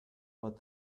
but